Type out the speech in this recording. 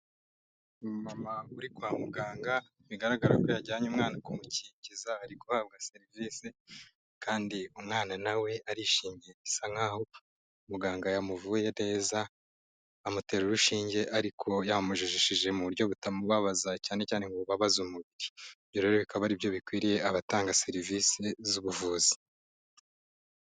Umumama uri kwa muganga bigaragara ko yajyanye umwana kumukingiza, ari guhabwa serivisi kandi umwana nawe arishimye, bisa nkaho muganga yamuvuye neza, amutera urushinge ariko yamujijishije mu buryo butamubabaza, cyane cyane ngo bubabaze umubiri, ibyo rero bikaba ari byo bikwiriye abatanga serivisi z'ubuvuzi.